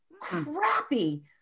crappy